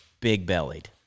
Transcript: big-bellied